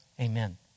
Amen